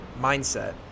mindset